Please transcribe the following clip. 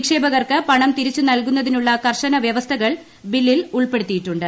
നിക്ഷേപകർക്ക് പണം തിരിച്ചുനൽകുന്നതിനുള്ള കർശന വ്യവസ്ഥകൾ ബില്ലിൽ ഉൾപ്പെടുത്തിയിട്ടുണ്ട്